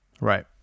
Right